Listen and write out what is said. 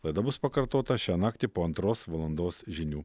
laida bus pakartota šią naktį po antros valandos žinių